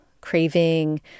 craving